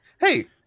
Hey